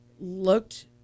Looked